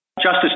Justice